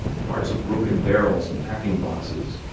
parts of broken barrels and packing-boxes,